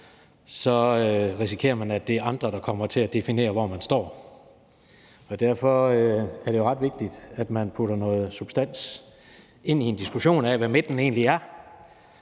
risikerer man, at det er andre, der kommer til at definere, hvor man står. Derfor er det jo ret vigtigt, at man putter noget substans ind i en diskussion af, hvad midten egentlig er.